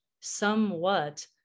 somewhat